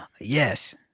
yes